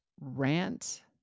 rant